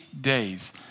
days